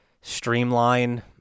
streamline